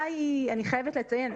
אני חייבת לציין,